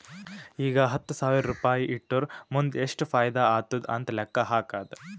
ಈಗ ಹತ್ತ್ ಸಾವಿರ್ ರುಪಾಯಿ ಇಟ್ಟುರ್ ಮುಂದ್ ಎಷ್ಟ ಫೈದಾ ಆತ್ತುದ್ ಅಂತ್ ಲೆಕ್ಕಾ ಹಾಕ್ಕಾದ್